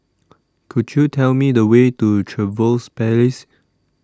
Could YOU Tell Me The Way to Trevose Palace